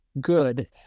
good